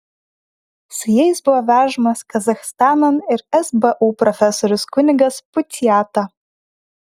su jais buvo vežamas kazachstanan ir sbu profesorius kunigas puciata